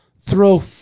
throw